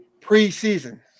preseason